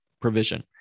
provision